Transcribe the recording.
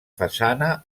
façana